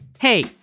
Hey